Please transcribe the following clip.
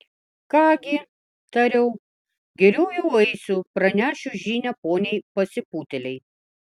ką gi tariau geriau jau eisiu pranešiu žinią poniai pasipūtėlei